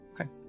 Okay